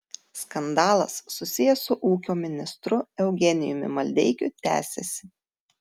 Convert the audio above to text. skandalas susijęs su ūkio ministru eugenijumi maldeikiu tęsiasi